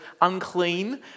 unclean